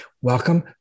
Welcome